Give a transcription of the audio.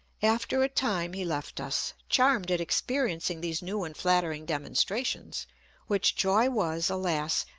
after a time he left us, charmed at experiencing these new and flattering demonstrations which joy was, alas!